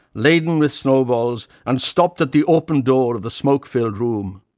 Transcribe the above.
laden with snowballs, and stopped at the open door of the smoke-filled room.